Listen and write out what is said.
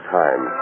time